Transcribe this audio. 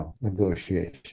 negotiation